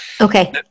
Okay